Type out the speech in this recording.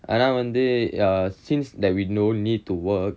ஆனா வந்து:aanaa vanthu since that we no need to work